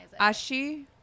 Ashi